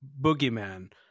boogeyman